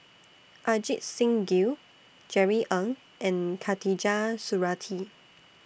Ajit Singh Gill Jerry Ng and Khatijah Surattee